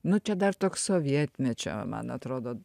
nu čia dar toks sovietmečio man atrodo